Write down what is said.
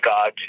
God